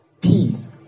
Peace